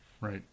Right